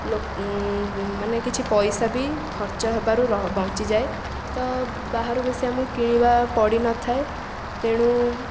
ଲୋକ ମାନେ କିଛି ପଇସା ବି ଖର୍ଚ୍ଚ ହେବାରୁ ର ବଞ୍ଚିଯାଏ ତ ବାହାରୁ ବେଶୀ ଆମକୁ କିଣିବା ପଡ଼ିନଥାଏ ତେଣୁ